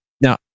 now